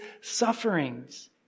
sufferings